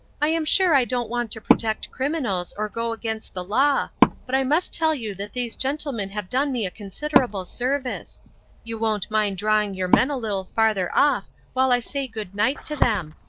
i am sure i don't want to protect criminals or go against the law but i must tell you that these gentlemen have done me a considerable service you won't mind drawing your men a little farther off while i say good night to them.